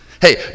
Hey